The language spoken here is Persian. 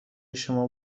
شما